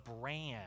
brand